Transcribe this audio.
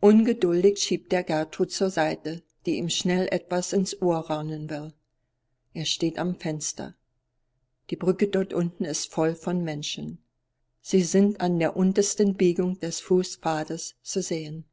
ungeduldig schiebt er gertrud zur seite die ihm schnell etwas ins ohr raunen will er steht am fenster die brücke dort unten ist voll von menschen sie sind an der untersten biegung des fußpfades zu sehen